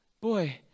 Boy